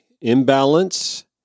imbalance